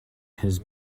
has